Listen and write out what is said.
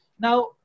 Now